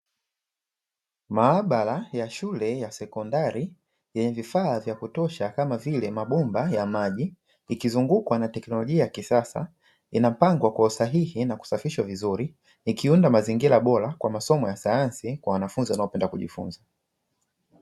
Mahabara ya shule ya sekondari yenye vifaa vya kutosha kama vile mabomba ya maji, ikizungukwa na teknolojia ya kisasa, inapangwa kwa usahihi ikiunda mazingira bora kwa masomo ya sayansi kwa wanafunzi wanaopenda kujifunza